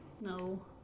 No